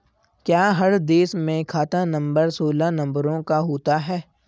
क्या हर देश में खाता नंबर सोलह नंबरों का होता है?